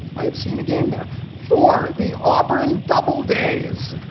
i have seen a game there for the auburn double days.